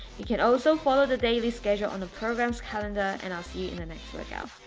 you can also follow the daily schedule on the programs calendar, and i'll see you in the next workout.